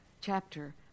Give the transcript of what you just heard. chapter